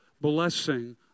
blessing